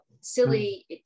silly